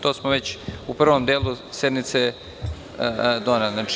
To smo već u prvom delu sednice rekli.